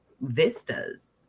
vistas